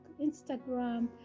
Instagram